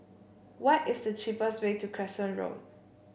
what is the cheapest way to Crescent Road